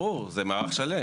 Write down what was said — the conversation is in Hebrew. ברור, זה מערך שלם.